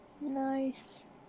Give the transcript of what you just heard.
Nice